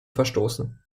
verstoßen